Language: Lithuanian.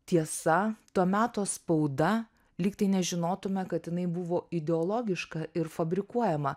tiesa to meto spauda lyg tai nežinotume kad jinai buvo ideologiška ir fabrikuojama